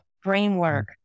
framework